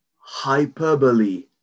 Hyperbole